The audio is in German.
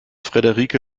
friederike